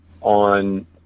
on